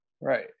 Right